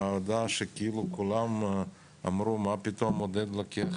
ועדה שכאילו כולם אמרו: "מה פתאום עודד לוקח